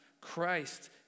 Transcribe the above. Christ